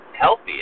healthy